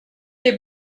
les